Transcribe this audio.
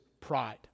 pride